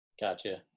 Gotcha